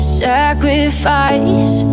sacrifice